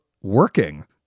Working